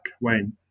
Wayne